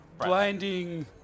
blinding